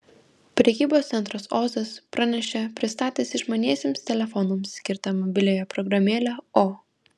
prekybos centras ozas pranešė pristatęs išmaniesiems telefonams skirtą mobiliąją programėlę o